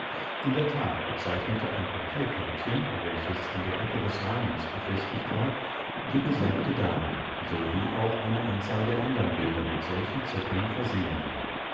in der tat bezeichnete ein papierbörtchen welches in der ecke des rahmens befestigt war die besagte dame sowie auch eine anzahl der andern bildnisse mit solchen zetteln versehen war